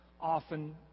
often